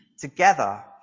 together